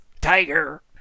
Tiger